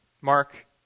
Mark